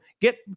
get